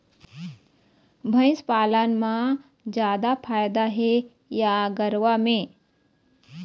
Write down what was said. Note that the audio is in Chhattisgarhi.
भंइस पालन म जादा फायदा हे या गरवा में?